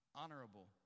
honorable